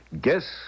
Guess